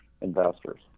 investors